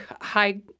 high